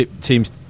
Teams